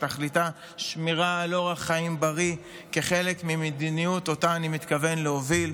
שתכליתו שמירה על אורח חיים בריא כחלק ממדיניות שאני מתכוון להוביל.